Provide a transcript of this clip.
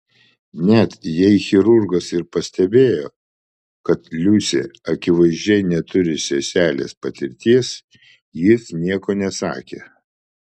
net jei chirurgas ir pastebėjo kad liusė akivaizdžiai neturi seselės patirties jis nieko nesakė